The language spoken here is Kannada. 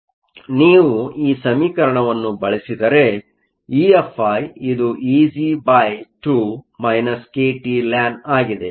ಆದ್ದರಿಂದ ನೀವು ಈ ಸಮೀಕರಣವನ್ನು ಬಳಸಿದರೆ EFi ಇದು Eg2 kTln ಆಗಿದೆ